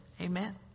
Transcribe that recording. Amen